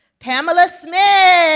pamela smith.